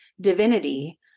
divinity